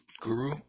guru